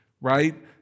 right